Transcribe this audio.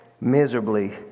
miserably